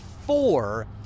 four